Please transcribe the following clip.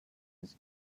his